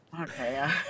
Okay